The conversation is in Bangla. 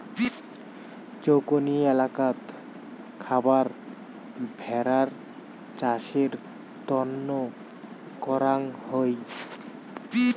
চৌকনি এলাকাত খাবার ভেড়ার চাষের তন্ন করাং হই